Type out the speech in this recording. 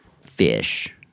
fish